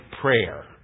prayer